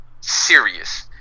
serious